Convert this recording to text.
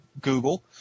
Google